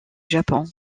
japon